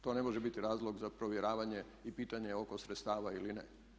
To ne može biti razlog za provjeravanje i pitanje oko sredstava ili ne.